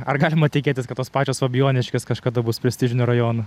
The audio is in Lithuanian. ar galima tikėtis kad tos pačios fabijoniškės kažkada bus prestižiniu rajonu